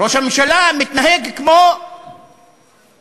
ראש הממשלה מתנהג כמו טוקבקיסט,